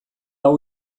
hau